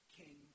king